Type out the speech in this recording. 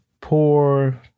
poor